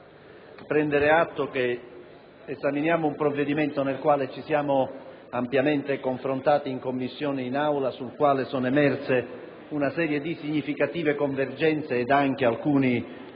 prendere atto che esaminiamo un provvedimento sul quale ci siamo ampiamente confrontati in Commissione e in Aula e su cui sono emerse significative convergenze ed anche alcuni temi